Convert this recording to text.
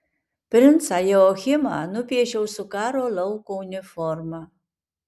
princą joachimą nupiešiau su karo lauko uniforma